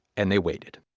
and they waited.